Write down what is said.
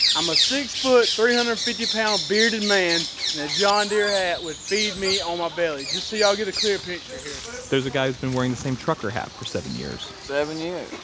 i'm a six foot, three hundred and fifty pound bearded man in a john deere hat with feed me on my belly, just so y'all get a clear picture here there's a guy who's been wearing the same trucker hat for seven years seven years,